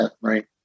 right